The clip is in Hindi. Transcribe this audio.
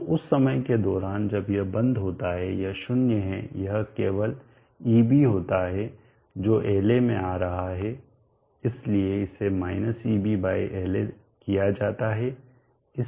तो उस समय के दौरान जब यह बंद होता है यह 0 है यह केवल eb होता है जो La में आ रहा है इसलिए इसे -eb बाय La किया जाता है